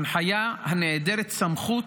הנחיה הנעדרת סמכות,